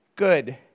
good